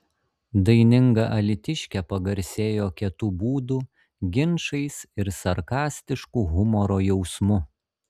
daininga alytiškė pagarsėjo kietu būdu ginčais ir sarkastišku humoro jausmu